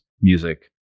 music